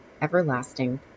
everlasting